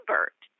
Bert